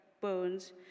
bones